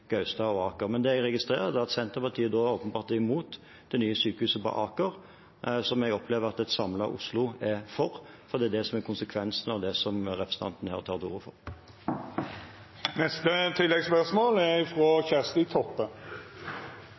Gaustad og Aker. Men det jeg registrerer, er at Senterpartiet åpenbart er imot det nye sykehuset på Aker, som jeg opplever at et samlet Oslo er for, for det er det som er konsekvensen av det som representanten her tar til orde for. Det vert oppfølgingsspørsmål – først Kjersti Toppe.